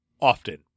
often